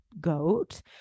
goat